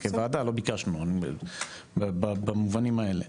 כוועדה לא ביקשנו במובנים האלו,